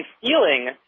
feeling